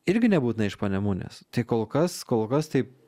irgi nebūtinai iš panemunės tai kol kas kol kas taip